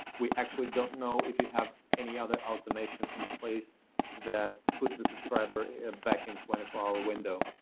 we actually don't know if you have any other automation in place that put the subscriber back in twenty four hour window,